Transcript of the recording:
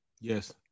Yes